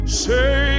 say